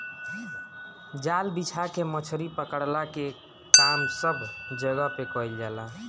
जाल बिछा के मछरी पकड़ला के काम सब जगह पे कईल जाला